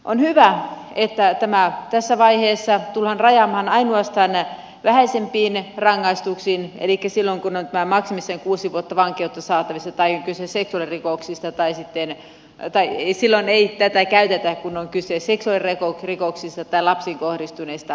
on hyvä että tämä tässä vaiheessa tullaan rajaamaan ainoastaan vähäisempiin rangaistuksiin elikkä sellaisiin joista on maksimissaan kuusi vuotta vankeutta saatavissa tai kyse seksuaalirikoksista tai sitten ja silloin ei tätä käytetä kun on kyse seksuaalirikoksista tai lapsiin kohdistuneista asioista